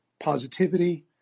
Positivity